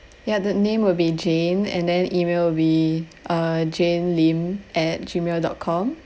ya the name will be jane and then email will be uh jane lim at G mail dot com